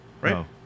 right